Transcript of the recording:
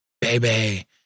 baby